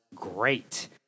Great